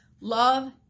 love